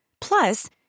Plus